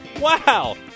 Wow